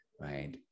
right